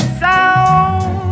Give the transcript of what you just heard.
sound